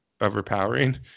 overpowering